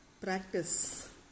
Practice